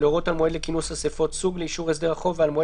להורות על מועד לכינוס אספות סוג לאישור הסדר החוב ועל מועד